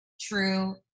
true